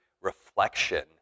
reflection